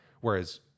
Whereas